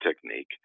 technique